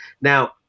Now